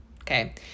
Okay